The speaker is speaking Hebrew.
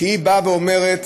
שאומרת